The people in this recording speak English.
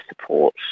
support